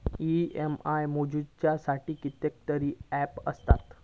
EMI मोजुच्यासाठी कितकेतरी app आसत